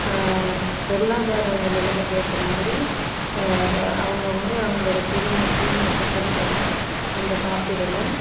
பொருளாதார நிலமைக்கு ஏற்ற மாதிரி அவங்கவுங்க அவங்களோட பிரீமியம் பிரீமியத்தை செலுத்தலாம் அந்த காப்பீட்டுல